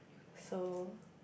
so